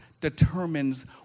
determines